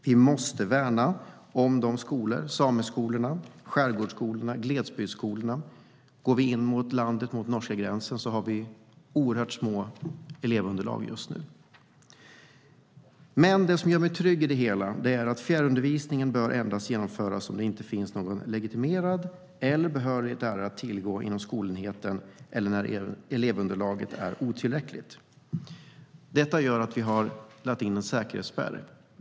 Vi måste nämligen värna sameskolorna, skärgårdsskolorna och glesbygdsskolorna. Går vi inåt landet mot norska gränsen har vi oerhört små elevunderlag just nu. Det som gör mig trygg i det hela är att fjärrundervisningen endast bör genomföras om det inte finns någon legitimerad eller behörig lärare att tillgå inom skolenheten eller när elevunderlaget är otillräckligt. Det gör att vi har lagt in en säkerhetsspärr.